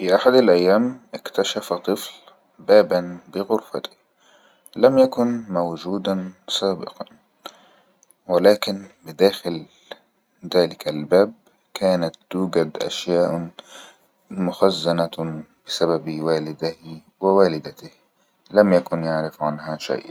في احد الايام اكتشف طفل بابن بغرفته لم يكن موجودن سابقانولكن بداخل ذلك الباب كانت توجد اشياء مخزنة بسبب والده ووالدته لم يكن يعرف عنها شيء